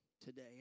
today